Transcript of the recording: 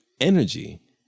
energy